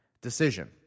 Decision